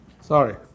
Sorry